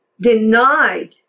denied